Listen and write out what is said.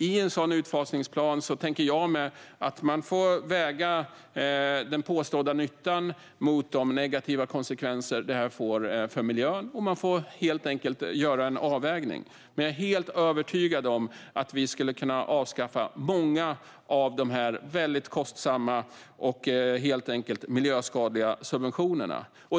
I en sådan utfasningsplan tänker jag mig att man får väga den påstådda nyttan mot de negativa konsekvenser som detta får för miljön, och man får helt enkelt göra en avvägning. Men jag är helt övertygad om att vi skulle kunna avskaffa många av dessa mycket kostsamma och helt enkelt miljöskadliga subventionerna.